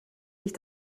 sich